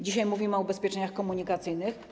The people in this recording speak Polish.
Dzisiaj mówimy o ubezpieczeniach komunikacyjnych.